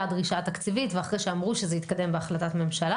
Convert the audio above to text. הדרישה התקציבית ואחרי שאמרו שזה יתקדם בהחלטת ממשלה